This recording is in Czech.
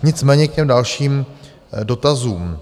Nicméně k těm dalším dotazům.